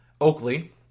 Oakley